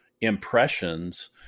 impressions